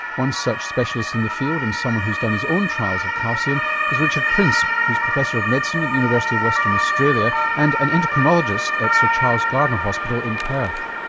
one such specialist in the field and someone who's done his own trials of calcium is richard prince, who's professor of medicine at the university of western australia and an endocrinologist at sir charles gairdner hospital in perth.